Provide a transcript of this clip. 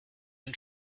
and